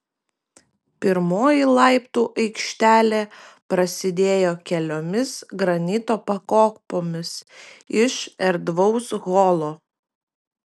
pirmoji laiptų aikštelė prasidėjo keliomis granito pakopomis iš erdvaus holo